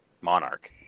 Monarch